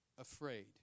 afraid